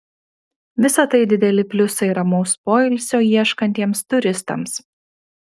visa tai dideli pliusai ramaus poilsio ieškantiems turistams